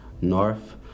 North